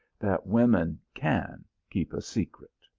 that women can keep a secret.